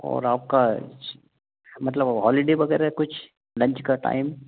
और आपका कुछ मतलब हॉलिडे वगैरह कुछ लंच का टाइम